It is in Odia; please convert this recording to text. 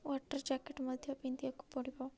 ୱାଟର ଜ୍ୟାକେଟ୍ ମଧ୍ୟ ପିନ୍ଧିବାକୁ ପଡ଼ିବ